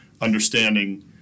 understanding